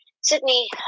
Sydney